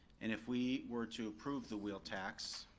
and if we were to approve the wheel tax,